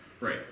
right